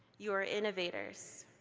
you are innovators,